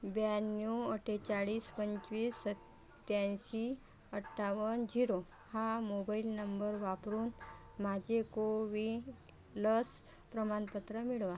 ब्याण्णव अठ्ठेचाळीस पंचवीस सत्याऐंशी अठ्ठावन्न झिरो हा मोबाईल नंबर वापरून माझे कोविन लस प्रमाणपत्र मिळवा